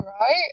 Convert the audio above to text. right